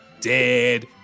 dead